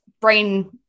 brain